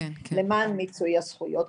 אלא למען מיצוי הזכויות.